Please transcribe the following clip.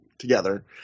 Together